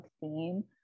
theme